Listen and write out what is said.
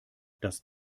das